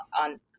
on